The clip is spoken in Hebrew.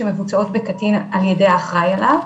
שמבוצעות בקטין על ידי האחראי עליו,